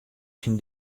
syn